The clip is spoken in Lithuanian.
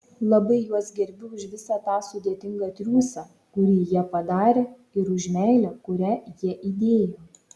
labai juos gerbiu už visą tą sudėtingą triūsą kurį jie padarė ir už meilę kurią jie įdėjo